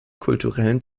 kulturellen